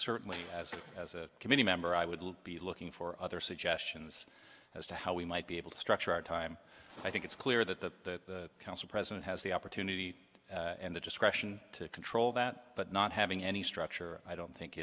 certainly as a as a committee member i would be looking for other suggestions as to how we might be able to structure our time i think it's clear that that council president has the opportunity and the discretion to control that but not having any structure i don't think